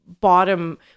bottom